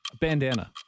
bandana